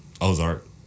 Ozark